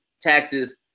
taxes